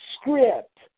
script